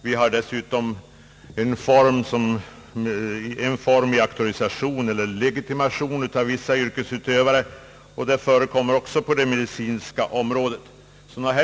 Vi har dessutom olika former av auktorisation eller legitimation av vissa yrkesutövare, bl.a. på det medicinska området.